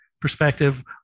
perspective